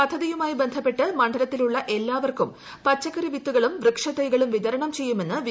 പദ്ധതിയുമായി ബന്ധപ്പെട്ട് മണ്ഡലത്തിലുള്ള എല്ലാവർക്കും പച്ചക്കറി വിത്തുകളും വൃക്ഷത്തൈകളും വിതരണം ചെയ്യുമെന്ന് വി